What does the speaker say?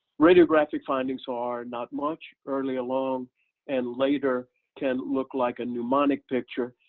radiographic findings are not much early along and later can look like a mnemonic picture,